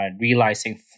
realizing